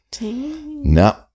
No